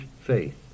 faith